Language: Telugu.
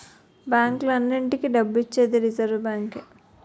బ్యాంకులన్నింటికీ డబ్బు ఇచ్చేది రిజర్వ్ బ్యాంకే